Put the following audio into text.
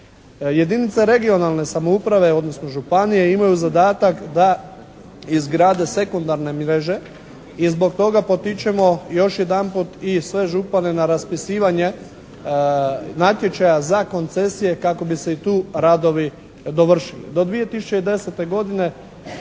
Jedinice regionalne samouprave odnosno županije imaju zadatak da izgrade sekundarne mreže i zbog toga potičemo još jedanput i sve župane na raspisivanje natječaja za koncesije kako bi se i tu radovi dovršili.